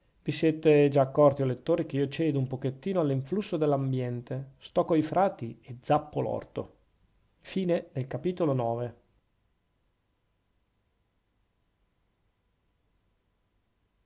vi siete già accorti o lettori che io cedo un pochettino all'influsso dell'ambiente sto coi frati e zappo l'orto x